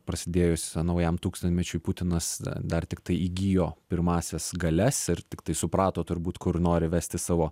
prasidėjus naujam tūkstantmečiui putinas dar tiktai įgijo pirmąsias galias ir tiktai suprato turbūt kur nori vesti savo